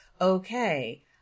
okay